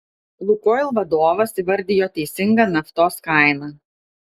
lukoil vadovas įvardijo teisingą naftos kainą